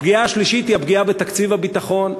הפגיעה השלישית היא הפגיעה בתקציב הביטחון.